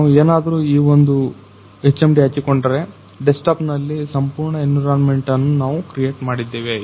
ನಾವು ಏನಾದರೂ ಈ ಒಂದು HMD ಹಾಕಿಕೊಂಡರೆ ಡೆಸ್ಕ್ಟಾಪ್ ನಲ್ಲಿ ಸಂಪೂರ್ಣ ಎನ್ವಿರಾನ್ಮೆಂಟ್ ಅನ್ನು ನಾವು ಕ್ರಿಯೇಟ್ ಮಾಡಿದ್ದೇವೆ